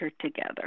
together